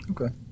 okay